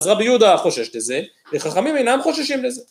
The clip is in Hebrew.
אז רבי יהודה חושש לזה, וחכמים אינם חוששים לזה